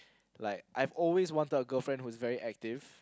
like I've always wanted a girlfriend who is very active